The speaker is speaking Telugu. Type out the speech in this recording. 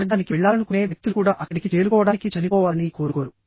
స్వర్గానికి వెళ్లాలనుకునే వ్యక్తులు కూడా అక్కడికి చేరుకోవడానికి చనిపోవాలని కోరుకోరు